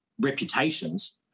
reputations